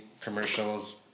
commercials